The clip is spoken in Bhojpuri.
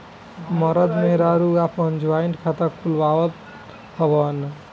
मरद मेहरारू आपन जॉइंट खाता खुलवावत हवन